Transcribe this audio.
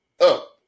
up